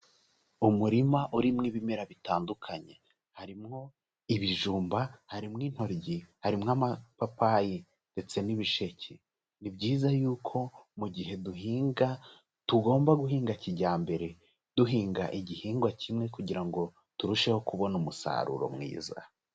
Umurima urimo ibimera bitandukanye, harimo ibijumba, harimo intoryi, harimo amapapayi ndetse n'ibisheke. Ni byiza yuko mu gihe duhinga tugomba guhinga kijyambere, duhinga igihingwa kimwe kugira ngo turusheho kubona umusaruro mwiza.